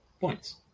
points